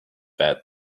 bad